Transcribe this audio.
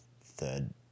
third